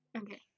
Okay